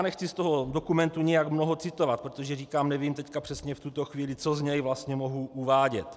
Nechci z toho dokumentu nijak mnoho citovat, protože říkám, nevím teď přesně v tuto chvíli, co z něj vlastně mohu uvádět.